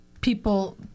people